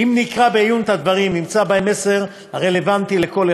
אם נקרא בעיון את הדברים נמצא בהם מסר רלוונטי לכל